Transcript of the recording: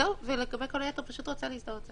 לגבי כל היתר, פשוט רוצה להזדהות.